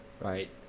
right